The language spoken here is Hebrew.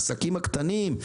העסקים הקטנים,